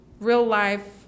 real-life